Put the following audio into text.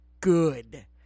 Good